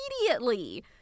immediately